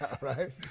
Right